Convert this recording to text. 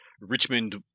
Richmond